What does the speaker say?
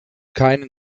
keinen